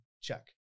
check